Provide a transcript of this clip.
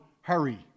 hurry